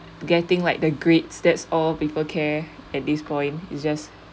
getting like the grades that's all people care at this point it's just